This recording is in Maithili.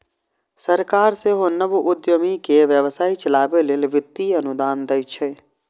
सरकार सेहो नव उद्यमी कें व्यवसाय चलाबै लेल वित्तीय अनुदान दै छै